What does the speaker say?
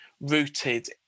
rooted